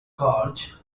gorge